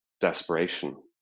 desperation